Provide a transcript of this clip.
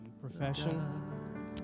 profession